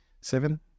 seven